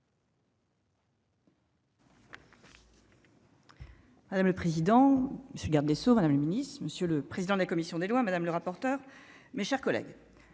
Madame le président monsieur garde des sceaux, Madame le Ministre, Monsieur le président de la commission des lois, madame le rapporteur, mes chers collègues,